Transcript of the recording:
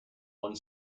one